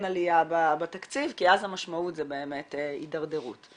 עלייה בתקציב כי אז המשמעות זה באמת התדרדרות.